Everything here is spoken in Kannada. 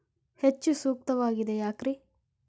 ಹೆಚ್ಚು ಸೂಕ್ತವಾಗಿದೆ ಯಾಕ್ರಿ?